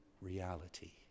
reality